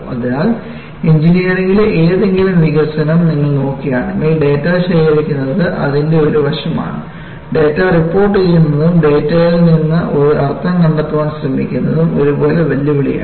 അതിനാൽ എഞ്ചിനീയറിംഗിലെ എന്തെങ്കിലും വികസനം നിങ്ങൾ നോക്കുകയാണെങ്കിൽ ഡാറ്റ ശേഖരിക്കുന്നത് അതിന്റെ ഒരു വശമാണ് ഡാറ്റ റിപ്പോർട്ടുചെയ്യുന്നതും ഡാറ്റയിൽ നിന്ന് ഒരു അർത്ഥം കണ്ടെത്താൻ ശ്രമിക്കുന്നതും ഒരുപോലെ വെല്ലുവിളിയാണ്